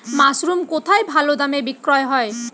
Mushroom কেথায় ভালোদামে বিক্রয় হয়?